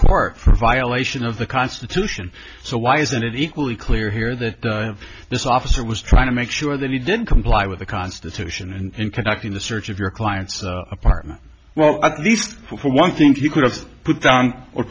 court for violation of the constitution so why isn't it equally clear here that this officer was trying to make sure that he didn't comply with the constitution and conducting the search of your client's apartment well at least one think you could have or put